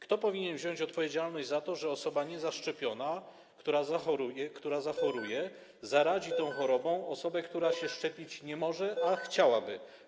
Kto powinien wziąć odpowiedzialność za to, że osoba niezaszczepiona, która zachoruje, zarazi tą chorobą osobę, która się szczepić nie może, a chciałaby?